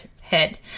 head